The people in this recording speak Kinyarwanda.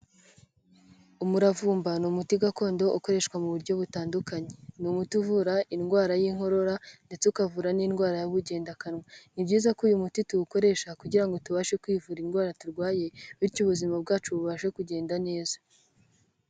Umuravumba ni umuti gakondo ukoreshwa mu buryo butandukanye, ni umuti uvura indwara y'inkorora ndetse ukavura n'indwara y'ubugendakanwa, ni byiza ko uyu muti tuwukoresha kugira ngo tubashe kwivura indwara turwaye, bityo ubuzima bwacu bubashe kugenda neza.